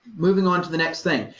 moving onto the next thing.